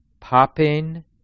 popping